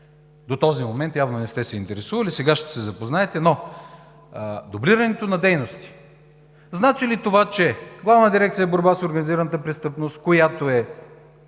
до този момент явно не сте се интересували, сега ще се запознаете, но дублирането на дейности значи ли, че Главна дирекция „Борба с организираната престъпност“, която е